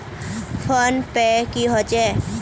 Phone पै की होचे?